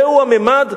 זהו הממד?